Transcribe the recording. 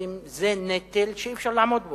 מהסטודנטים זה נטל שאי-אפשר לעמוד בו,